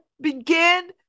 begin